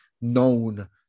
known